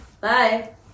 Bye